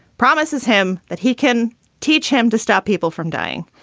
promises him that he can teach him to stop people from dying.